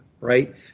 Right